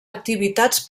activitats